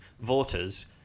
voters